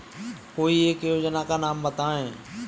कोई एक योजना का नाम बताएँ?